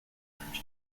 energy